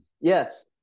Yes